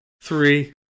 Three